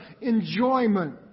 enjoyment